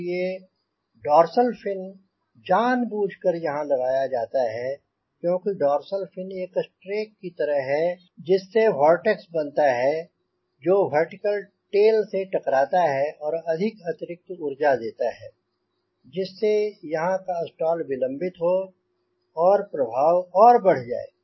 इसलिए dorsal fin जानबूझकर यहांँ लगाया जाता है क्योंकि डोर्सल फिन एक स्ट्रेक की तरह है जिससे वोर्टेक्स बनता है जो वर्टिकल टेल से टकराता है और अधिक अतिरिक्त ऊर्जा देता है जिससे यहांँ का स्टाल विलंबित हो और प्रभाव और बढ़ जाए